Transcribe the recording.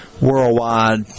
worldwide